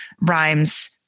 rhyme's